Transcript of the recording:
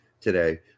today